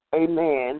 amen